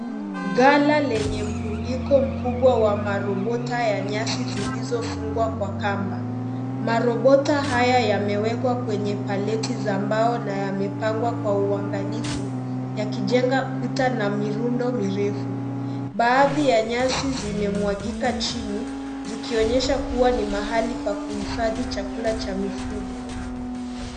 Gala lenye mrundiko mkubwa wa marobota ya nyasi ilizo fungwa kwa kamba. Marobota haya yamepangwa kwenye paleti ya mbao na yamepangwa kwa uangalifu yakijenga Kuta na mirundo mirefu. Baadhi ya nyasi zimemwagika chini zikionyesha ni mahali pa kuifathi chakula Cha mfugo.